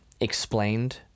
explained